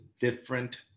different